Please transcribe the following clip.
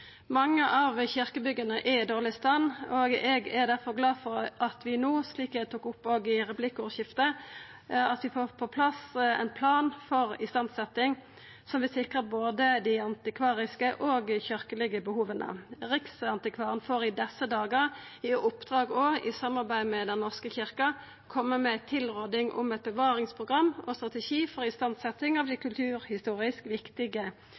Mange av kyrkjebygga er i dårleg stand, og eg er difor glad for at vi no – slik eg òg tok opp i replikkordskiftet – får på plass ein plan for istandsetjing som vil sikra både dei antikvariske og dei kyrkjelege behova. Riksantikvaren får i desse dagar i oppdrag, òg i samarbeid med Den norske kyrkja, å koma med ei tilråding om eit bevaringsprogram og ein strategi for istandsetjing av dei kulturhistorisk viktige